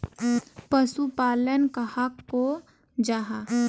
पशुपालन कहाक को जाहा?